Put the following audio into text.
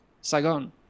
saigon